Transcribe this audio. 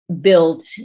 built